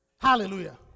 Hallelujah